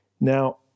Now